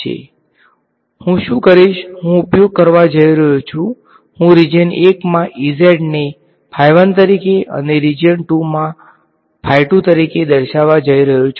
તેથી હું શું કરીશ હું ઉપયોગ કરવા જઈ રહ્યો છું હું રીજીયન 1 માં ને તરીકે અને રીજીયન 2 માં તરીકે દર્શાવવા જઈ રહ્યો છું